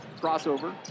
Crossover